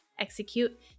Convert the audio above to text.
execute